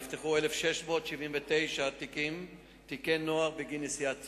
ב-2006 נפתחו 1,515 תיקי נוער בגין נשיאת סכין,